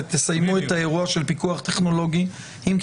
ותסיימו את האירוע של פיקוח טכנולוגי על קטינים.